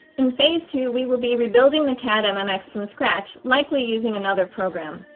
in phase two we will be rebuilding the cad and mmx from scratch, likely using another program.